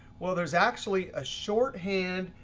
well, there's actually a shorthand.